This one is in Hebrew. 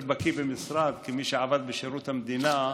להיות בקיא במשרד, כמי שעבד בשירות המדינה,